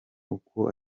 kuko